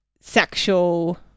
sexual